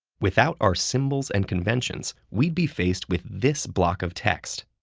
without our symbols and conventions, we'd be faced with this block of text.